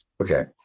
Okay